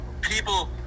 people